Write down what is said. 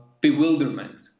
bewilderment